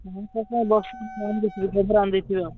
ଆଣିଦେଇଥିବି ଗୋବର ଆଣିଦେଇଥିବି ଆଉ